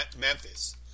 Memphis